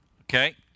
okay